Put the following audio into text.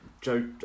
Joe